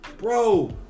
Bro